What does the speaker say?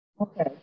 Okay